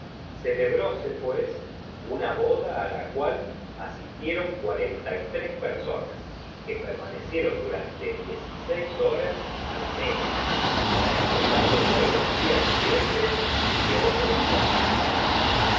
ideas celebróse pues una boda la cual asistieron cuarenta y tres personas que permanecieron durante diez y seis horas la mesa para empezar de nuevo al dia siguiente y otros varios